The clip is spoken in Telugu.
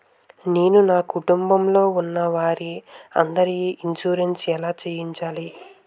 నేను నా కుటుంబం లొ ఉన్న వారి అందరికి ఇన్సురెన్స్ ఎలా చేయించాలి?